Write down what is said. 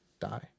die